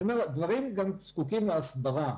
הדברים גם זקוקים להסברה.